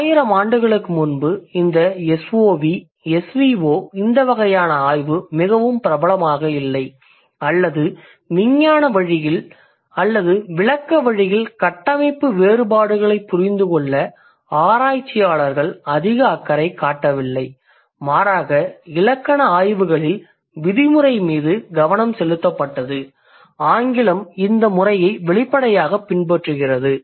1000 ஆண்டுகளுக்கு முன்பு இந்த SOV SVO இந்த வகையான ஆய்வு மிகவும் பிரபலமாக இல்லை அல்லது விஞ்ஞான வழியில் அல்லது விளக்க வழியில் கட்டமைப்பு வேறுபாடுகளைப் புரிந்து கொள்ள ஆராய்ச்சியாளர்கள் அதிக அக்கறை காட்டவில்லை மாறாக இலக்கண ஆய்வுகளில் விதிமுறை மீது கவனம் செலுத்தப்பட்டது ஆங்கிலம் இந்த முறையை வெளிப்படையாகப் பின்பற்றுகிறது